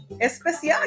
especial